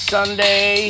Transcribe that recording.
Sunday